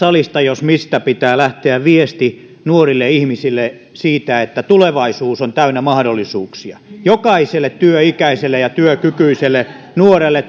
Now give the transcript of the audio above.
salista jos mistä pitää lähteä nuorille ihmisille viesti että tulevaisuus on täynnä mahdollisuuksia jokaiselle työikäiselle ja työkykyiselle nuorelle